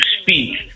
speak